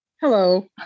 Hello